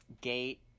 gate